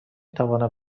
توانم